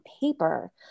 paper